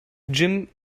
jim